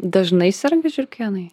dažnai serga žiurkėnai